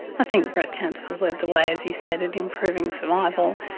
i think breast cancer has led the way, as you said, at improving survival,